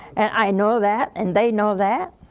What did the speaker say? and i know that and they know that.